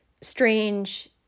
strange